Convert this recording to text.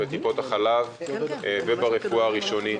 בטיפות החלב וברפואה הראשונית.